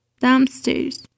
downstairs